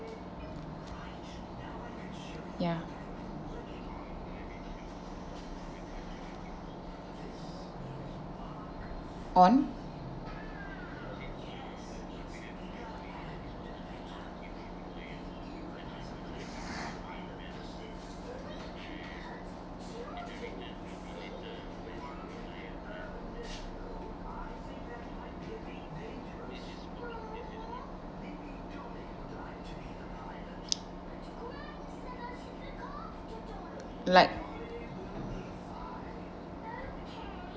ya on like